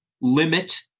limit